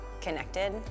connected